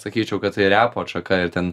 sakyčiau kad tai repo atšaka ir ten